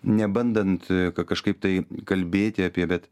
nebandant ka kažkaip tai kalbėti apie bet